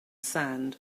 sand